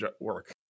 work